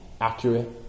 accurate